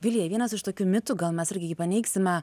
vilija vienas iš tokių mitų gal mes irgi jį paneigsime